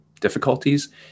difficulties